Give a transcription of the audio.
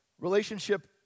Relationship